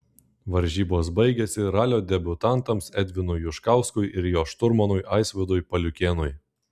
varžybos baigėsi ralio debiutantams edvinui juškauskui ir jo šturmanui aisvydui paliukėnui